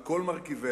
על כל מרכיביה,